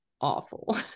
awful